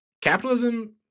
capitalism